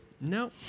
no